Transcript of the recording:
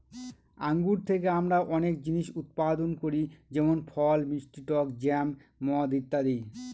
আঙ্গুর থেকে আমরা অনেক জিনিস উৎপাদন করি যেমন ফল, মিষ্টি টক জ্যাম, মদ ইত্যাদি